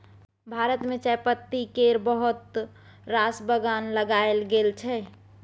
भारत मे चायपत्ती केर बहुत रास बगान लगाएल गेल छै